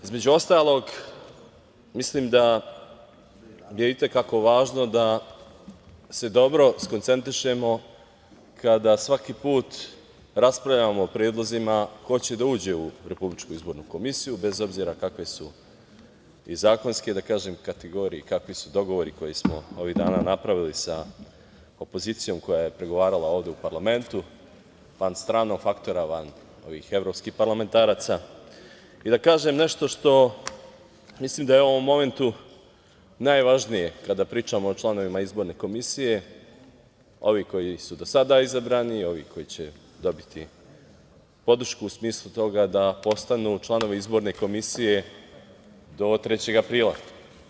Između ostalog, mislim da je itekako važno da se dobro skoncentrišemo kada svaki put raspravljamo o predlozima ko će da uđe u RIK, bez obzira kakve su i zakonske, da kažem, kategorije i kakvi su dogovori koje smo ovih dana napravili sa opozicijom koja je pregovarala ovde u parlamentu, van stranog faktora, van ovih evropskih parlamentaraca i da kažem nešto što mislim da je u ovom momentu najvažnije, kada pričamo o članovima RIK, ovi koji su do sada izabrani i ovi koji će dobiti podršku u smislu toga da postanu članovi RIK do 3. aprila.